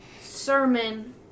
sermon